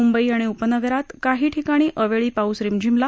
मुंबई आणि उपनगरात काही ठिकाणी अवेळी पाऊस रिमझिमला